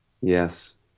Yes